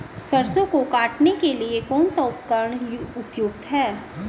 सरसों को काटने के लिये कौन सा उपकरण उपयुक्त है?